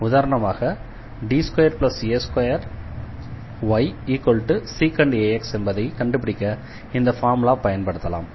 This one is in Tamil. உதாரணமாக D2a2ysec ax என்பதை கண்டுபிடிக்க இந்த ஃபார்முலாவை பயன்படுத்தலாம்